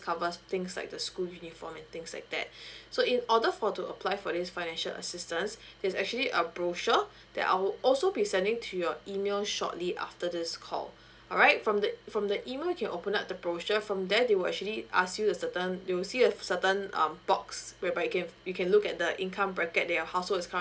covers things like the school uniform and things like that so in order for to apply for this financial assistance there's actually a brochure that I would also be sending to your email shortly after this call alright from the from the email you can open up the brochure from there they will actually ask you a certain you will see a certain um box whereby you can you can look at the income bracket that your household is